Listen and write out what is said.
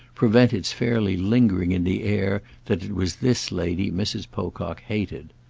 prevent its fairly lingering in the air that it was this lady mrs. pocock hated.